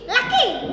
Lucky